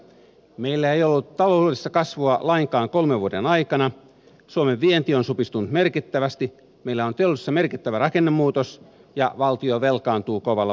meillä ei ole ollut taloudellista kasvua lainkaan kolmen vuoden aikana suomen vienti on supistunut merkittävästi meillä on teollisuudessa merkittävä rakennemuutos ja valtio velkaantuu kovalla vauhdilla